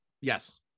Yes